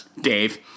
Dave